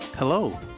Hello